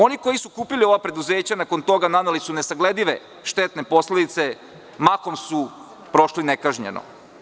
Oni koji su kupili ova preduzeća, nakon toga naneli su nesagledive štetne posledice, a mahom su prošli nekažnjeno.